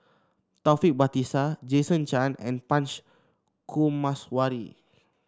Taufik Batisah Jason Chan and Punch Coomaraswamy